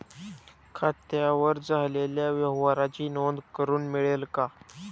खात्यावर झालेल्या व्यवहाराची नोंद करून मिळेल का?